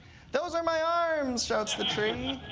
those are my arms, shouts the tree.